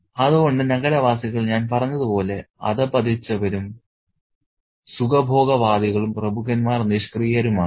അതുകൊണ്ട് നഗരവാസികൾ ഞാൻ പറഞ്ഞതുപോലെ അധഃപതിച്ചവരും സുഖഭോഗവാദികളും പ്രഭുക്കന്മാർ നിഷ്ക്രിയരുമാണ്